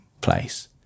place